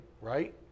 right